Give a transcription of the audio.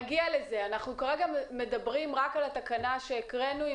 אנחנו כרגע מדברים רק על התקנה שהקראנו.